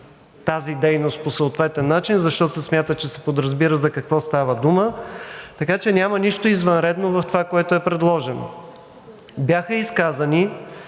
тази дейност по съответен начин, защото се смята, че се подразбира за какво става дума, така че няма нищо извънредно в това, което е предложено. Бяха изказани